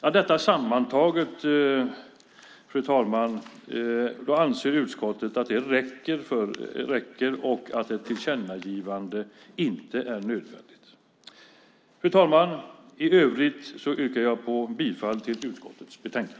Utskottet anser, fru talman, att detta sammantaget räcker och att ett tillkännagivande inte är nödvändigt. Fru talman! I övrigt yrkar jag bifall till utskottets förslag i betänkandet.